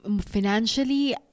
financially